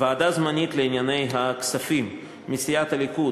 ועדה זמנית לענייני כספים: מסיעת הליכוד,